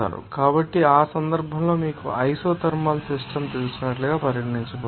కాబట్టి ఆ సందర్భంలో మీకు ఐసోథర్మల్ సిస్టమ్ తెలిసినట్లుగా పరిగణించబడుతుంది